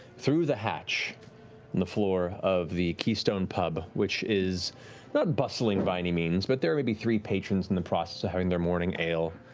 through the hatch in the floor of the keystone pub, which is not bustling by any means. but there are maybe three patrons in the process of having their morning ale.